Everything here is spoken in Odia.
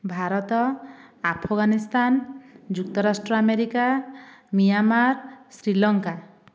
ଭାରତ ଆଫଗାନିସ୍ତାନ ଯୁକ୍ତରାଷ୍ଟ୍ର ଆମେରିକା ମିଆଁମାର ଶ୍ରୀଲଙ୍କା